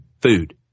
food